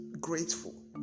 grateful